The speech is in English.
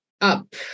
up